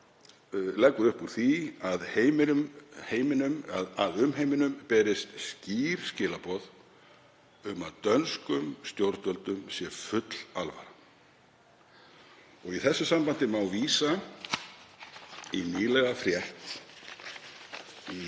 leggur mikið upp úr því að umheiminum berist skýr skilaboð um að dönskum stjórnvöldum sé full alvara. Í því sambandi má vísa í nýlega frétt í